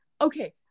okay